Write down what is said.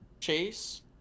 chase